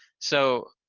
so,